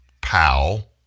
pal